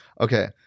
Okay